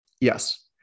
Yes